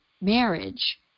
marriage